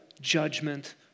judgment